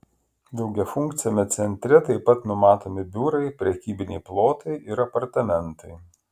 daugiafunkciame centre taip pat numatomi biurai prekybiniai plotai ir apartamentai